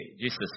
Jesus